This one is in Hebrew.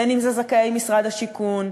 בין אם זה זכאי משרד השיכון,